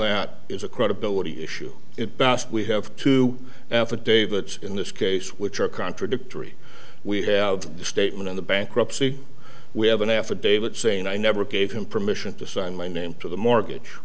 that is a credibility issue it best we have two affidavits in this case which are contradictory we have a statement in the bankruptcy we have an affidavit saying i never gave him permission to sign my name to the mortgage